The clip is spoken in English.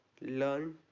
learn